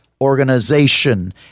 organization